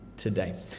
today